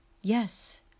Yes